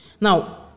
Now